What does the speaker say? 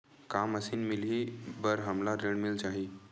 का मशीन मिलही बर हमला ऋण मिल जाही?